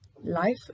life